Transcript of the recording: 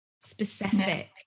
specific